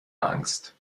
angst